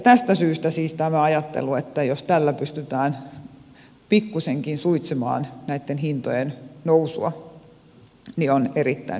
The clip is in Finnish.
tästä syystä siis tämä ajattelu että tällä pystyttäisiin pikkuisenkin suitsemaan näitten hintojen nousua on erittäin hyvä